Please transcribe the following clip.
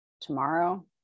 tomorrow